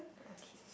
okay